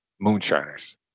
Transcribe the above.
moonshiners